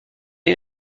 est